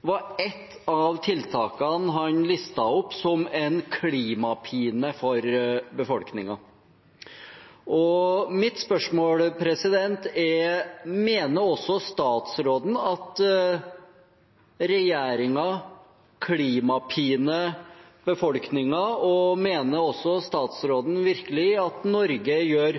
var ett av tiltakene han listet opp som en klimapine for befolkningen. Mitt spørsmål er: Mener også statsråden at regjeringen klimapiner befolkningen, og mener også statsråden at Norge virkelig gjør